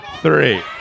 three